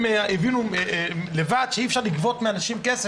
הם הבינו לבד שאי אפשר לגבות מאנשים כסף